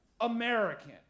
American